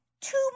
two